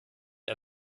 ein